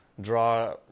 draw